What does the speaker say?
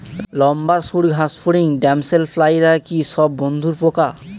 লম্বা সুড় ঘাসফড়িং ড্যামসেল ফ্লাইরা কি সব বন্ধুর পোকা?